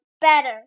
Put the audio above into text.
better